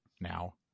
now